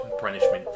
punishment